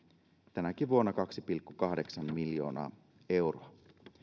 tänäkin vuonna kaksi pilkku kahdeksan miljoonaa euroa